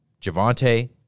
Javante